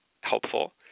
helpful